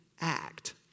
act